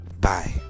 Bye